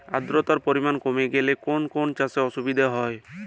আদ্রতার পরিমাণ কমে গেলে কোন কোন চাষে অসুবিধে হবে?